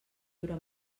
dura